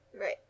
Right